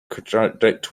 contradict